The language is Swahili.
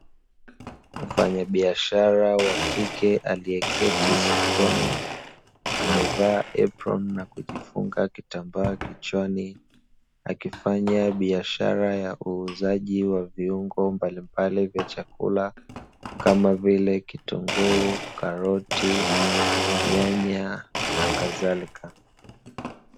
Mfanyabiashara wa kike aliyeketi sokoni, amevaa eproni na kijifunga kitambaa kichwani, akifanya biashara ya uuzaji wa viungo mbalimbali vya chakula, kama vile kitunguu, karoti, nyanya nakadhalika.